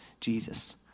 Jesus